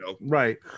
Right